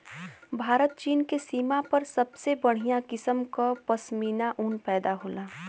भारत चीन के सीमा पर सबसे बढ़िया किसम क पश्मीना ऊन पैदा होला